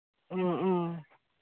ꯎꯝ ꯎꯝ